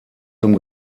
zum